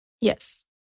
Yes